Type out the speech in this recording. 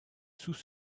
sous